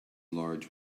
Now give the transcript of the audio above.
large